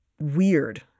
weird